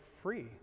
free